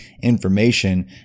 information